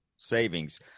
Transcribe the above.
Savings